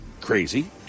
crazy